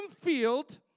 field